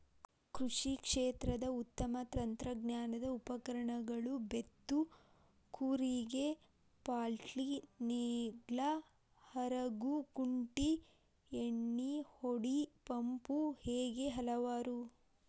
ಕೃಷಿ ಕ್ಷೇತ್ರದ ಉತ್ತಮ ತಂತ್ರಜ್ಞಾನದ ಉಪಕರಣಗಳು ಬೇತ್ತು ಕೂರಿಗೆ ಪಾಲ್ಟಿನೇಗ್ಲಾ ಹರಗು ಕುಂಟಿ ಎಣ್ಣಿಹೊಡಿ ಪಂಪು ಹೇಗೆ ಹಲವಾರು